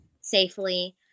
safely